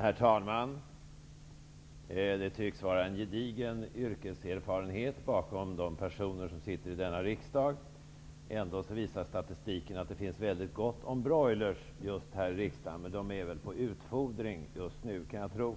Herr talman! Det tycks vara en gedigen yrkeserfarenhet bakom de personer som sitter i denna riksdag. Ändå visar statistiken att det finns mycket gott om broilers just här i riksdagen -- men de är väl på utfodring just nu, kan jag tro.